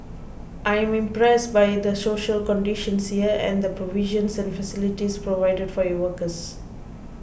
I am impressed by the social conditions here and the provisions and facilities provided for your workers